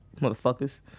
Motherfuckers